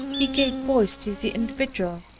he gave voice to the individual,